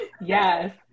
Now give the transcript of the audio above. Yes